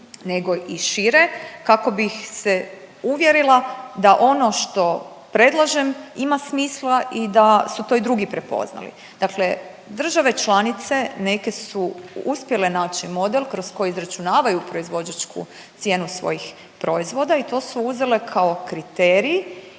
nego i šire kako bih se uvjerila da ono što predlažem ima smisla i da su to i drugi prepoznali. Dakle, države članice neke su uspjele naći model kroz koji izračunavaju proizvođačku cijenu svojih proizvoda i to su uzele kao kriterij